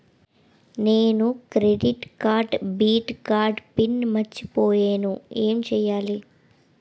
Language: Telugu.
నేను క్రెడిట్ కార్డ్డెబిట్ కార్డ్ పిన్ మర్చిపోయేను ఎం చెయ్యాలి?